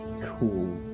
cool